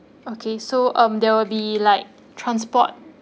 okay so um there will be like transport